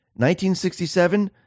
1967